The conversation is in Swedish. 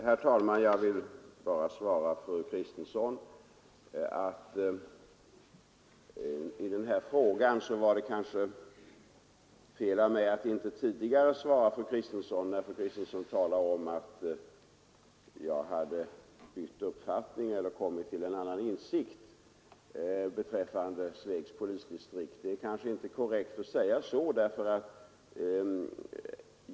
Herr talman! Det var kanske fel av mig att inte svara fru Kristensson tidigare, när hon talade om att jag bytt uppfattning eller kommit till en annan insikt beträffande Svegs polisdistrikt. Det är inte korrekt att säga att jag bytt uppfattning.